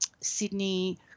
Sydney